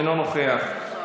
אינו נוכח,